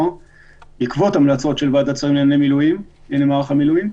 - בעקבות המלצות של ועדת שרים לענייני מערך המילואים,